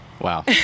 wow